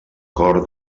cor